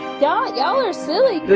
y'all y'all are silly.